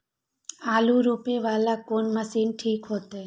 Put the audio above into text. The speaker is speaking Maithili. आलू रोपे वाला कोन मशीन ठीक होते?